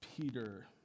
Peter